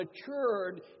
matured